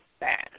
bad